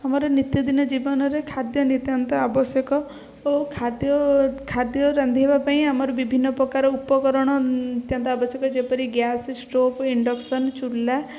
ଆମର ନିତ୍ୟଦିନ ଜୀବନରେ ଖାଦ୍ୟ ନିତାନ୍ତ ଆବଶ୍ୟକ ଓ ଖାଦ୍ୟ ଖାଦ୍ୟ ରାନ୍ଧିବା ପାଇଁ ଆମର ବିଭିନ୍ନ ପ୍ରକାର ଉପକରଣ ନିତ୍ୟାନ୍ତ ଆବଶ୍ୟକ ଯେପରି ଗ୍ୟାସ ଷ୍ଟୋବ ଇଣ୍ଡକ୍ସନ୍ ଚୁଲା